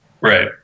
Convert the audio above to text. Right